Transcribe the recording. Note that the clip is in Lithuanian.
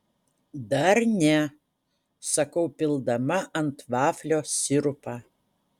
dar ne sakau pildama ant vaflio sirupą